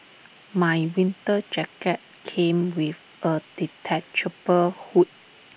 my winter jacket came with A detachable hood